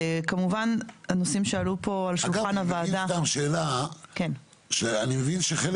כמובן הנושאים שעלו פה על שולחן הוועדה --- אני מבין שחלק